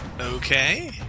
Okay